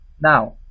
Now